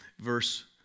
verse